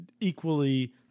equally